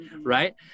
right